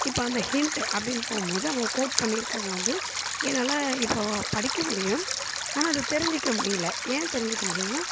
இப்போ அந்த ஹிண்ட்டு அப்படின்னு போகும்போது அங்கே கோட் பண்ணிருக்கதை வந்து என்னால் இப்போ படிக்க முடியும் ஆனால் அதை தெரிஞ்சிக்க முடியலை ஏன் தெரிஞ்சிக்க முடியலன்னா